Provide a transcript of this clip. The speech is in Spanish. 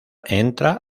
entra